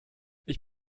ich